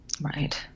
Right